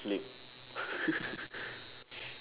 sleep